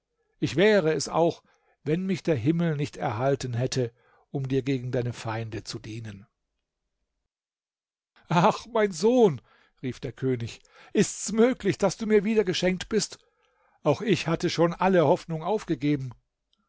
ich wäre es auch wenn mich der himmel nicht erhalten hätte um dir gegen deine feinde zu dienen ach mein sohn rief der könig ist's möglich daß du mir wieder geschenkt bist auch ich hatte schon alle hoffnung aufgegeben